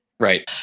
Right